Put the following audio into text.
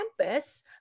campus